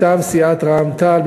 מטעם סיעת רע"ם-תע"ל,